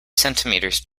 centimeters